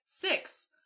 six